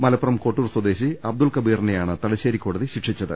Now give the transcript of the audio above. മലപ്പുറം കോട്ടൂർ സ്വദേശി അ ബദുൾ കബീറിനെയാണ് തലശ്ശേരി കോടതി ശിക്ഷിച്ചത്